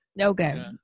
Okay